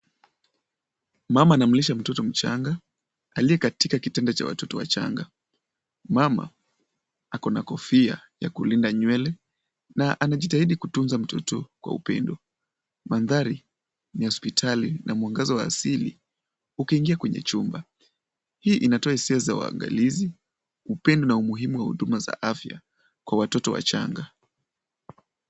Mama anamlisha mtoto mchanga aliye katika kitanda cha watoto wachanga. Mama ako na kofia ya kulinda nywele na anajitahidi kutunza mtoto kwa upendo. Mandhari ni ya hospitali na mwangaza wa asili ukiingia kwenye chumba. Hii inatoa hisia za uangalizi, upendo na umuhimu wa huduma za afya kwa watoto wachanga.